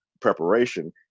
preparation